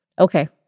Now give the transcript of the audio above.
Okay